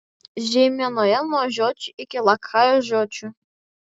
žeimenoje nuo žiočių iki lakajos žiočių